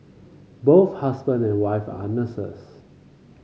both husband and wife are nurses